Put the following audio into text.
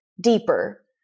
deeper